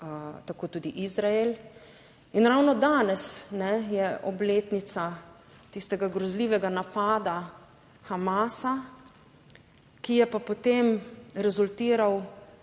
tako tudi Izrael. In ravno danes je obletnica tistega grozljivega napada Hamasa, ki je pa potem rezultiral